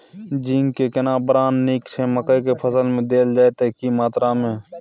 Zinc के केना brand नीक छैय मकई के फसल में देल जाए त की मात्रा में?